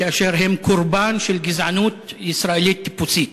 כאשר הם קורבן של גזענות ישראלית טיפוסית.